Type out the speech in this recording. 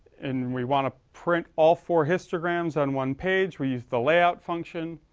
and we want to print all four histograms on one page, we use the layout function,